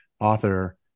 author